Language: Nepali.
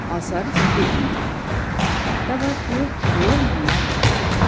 असर देखिन्छ तब त्यो फोहोर मैलाबाट